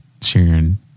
Sharon